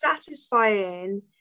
satisfying